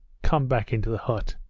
come back into the hut!